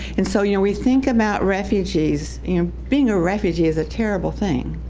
and so, you know, we think about refugees and being a refugee as a terrible thing.